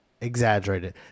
exaggerated